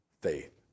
faith